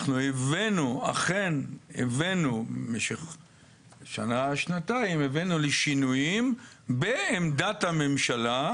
הבאנו אכן במשך שנה-שנתיים לשינויים בעמדת הממשלה,